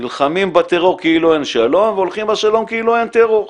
נלחמים בטרור כאילו אין שלום והולכים לשלום כאילו אין טרור.